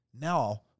now